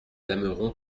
aimeront